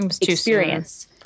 experience